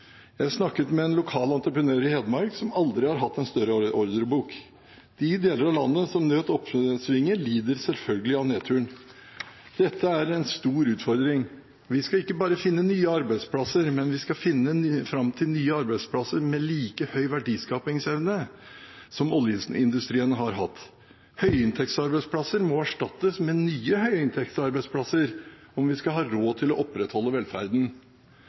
Jeg snakket med en lokal entreprenør i Hedmark som aldri har hatt en større ordrebok. De deler av landet som nøt oppsvinget, lider selvfølgelig av nedturen. Dette er en stor utfordring. Vi skal ikke bare finne nye arbeidsplasser, men vi skal finne fram til nye arbeidsplasser med like høy verdiskapingsevne som oljeindustrien har hatt. Høyinntektsarbeidsplasser må erstattes med nye høyinntektsarbeidsplasser om vi skal ha råd til å opprettholde velferden.